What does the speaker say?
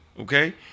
Okay